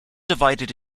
divided